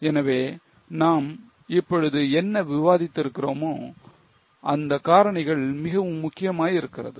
எனவே நாம் இப்பொழுது என்ன விவாதிக்கிறோமோ அந்த காரணிகள் மிக முக்கியமாகிஇருக்கிறது